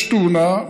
יש תאונה,